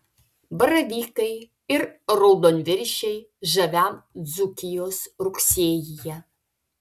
baravykai ir raudonviršiai žaviam dzūkijos rugsėjyje